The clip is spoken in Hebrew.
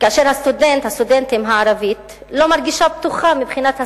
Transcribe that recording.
כאשר הסטודנט או הסטודנטית הערבים לא מרגישים בטוחים מבחינת השפה,